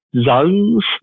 zones